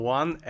one